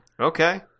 Okay